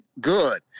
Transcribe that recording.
good